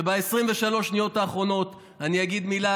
וב-23 השניות האחרונות אני אגיד מילה